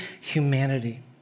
humanity